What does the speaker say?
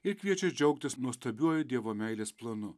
ir kviečia džiaugtis nuostabiuoju dievo meilės planu